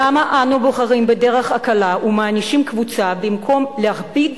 למה אנו בוחרים בדרך הקלה ומענישים קבוצה במקום להכביד